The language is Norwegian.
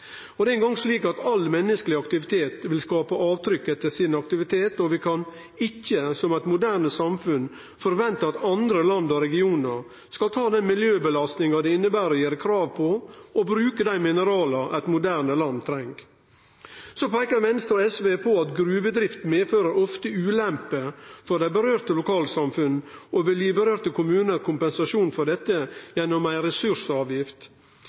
og framtidsretta regime. Det er eingong slik at all menneskeleg aktivitet vil skape avtrykk, og vi kan ikkje som eit moderne samfunn forvente at andre land og regionar skal ta den miljøbelastninga det inneber å gjere krav på og bruke dei minerala eit moderne land treng. Venstre og SV peiker på at gruvedrift ofte medfører ulemper for lokalsamfunna det gjeld, og vil gi kommunar som dette får følgjer for,